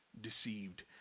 deceived